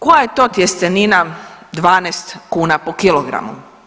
Koja je to tjestenina 12 kuna po kilogramu?